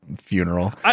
funeral